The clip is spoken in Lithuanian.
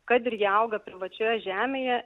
kad ir jie auga privačioje žemėje